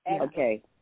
Okay